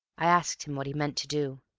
i asked him what he meant to do.